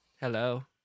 Hello